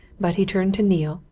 but he turned to neale,